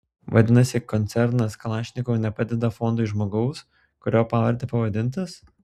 vadinasi koncernas kalašnikov nepadeda fondui žmogaus kurio pavarde pavadintas